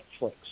Netflix